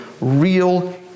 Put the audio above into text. real